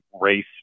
race